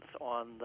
on